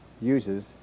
uses